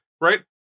Right